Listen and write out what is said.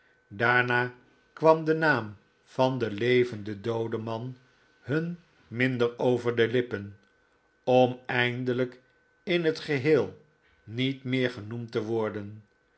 daama kwam de naam van den levenden dooden man hun minder over de lippen om eindelijk in het geheel niet meer genoemd te worden